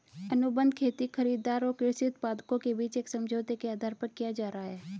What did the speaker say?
अनुबंध खेती खरीदार और कृषि उत्पादकों के बीच एक समझौते के आधार पर किया जा रहा है